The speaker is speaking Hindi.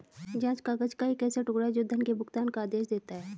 जाँच काग़ज़ का एक ऐसा टुकड़ा, जो धन के भुगतान का आदेश देता है